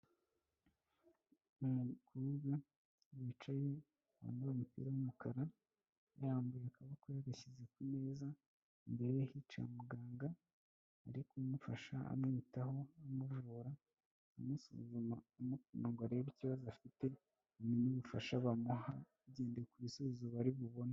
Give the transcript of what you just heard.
Umukobwa wicaye wambaye umupira w'umukara yarambuye akaboko yagashyize ku meza, imbere ye hicaye muganga ari kumufasha amwitaho amuyobora, amusuzuma kugira ngo arebe ikibazo afite bamenye ubufasha bamuha bagendeye ku bisubizo bari bubone.